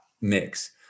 mix